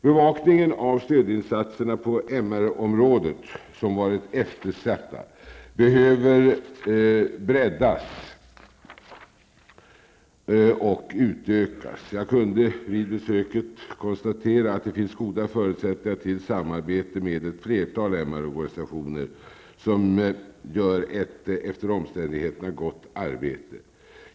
Bevakningen och stödinsatserna på MR-området, som har varit eftersatta, behöver breddas och utökas. Jag kunde vid mitt besök konstatera att det finns goda förutsättningar till samarbete med ett flertal MR-organisationer, som gör ett efter omständigheterna gott arbete.